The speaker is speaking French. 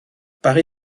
paris